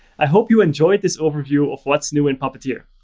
i hope you enjoyed this overview of what's new in puppeteer.